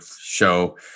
show